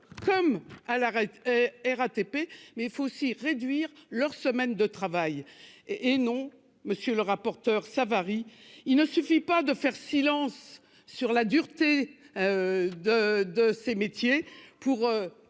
comme à la RATP, mais aussi réduire la semaine de travail. Non, monsieur le rapporteur Savary, il ne suffit pas de faire silence sur la dureté de ces métiers pour